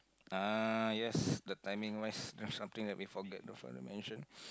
ah yes the timing yes that's something that we forget to mention